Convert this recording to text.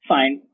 Fine